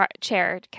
chair